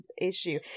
issue